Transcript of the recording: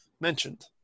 mentioned